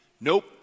Nope